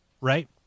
right